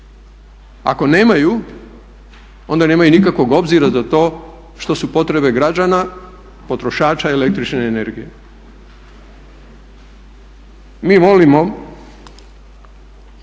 Ako nemaju onda nemaju nikakvog obzira za to što su potrebe građana potrošača električne energije. Mi molimo